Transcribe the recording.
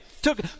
took